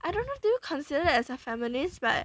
I don't know do you consider as a feminist but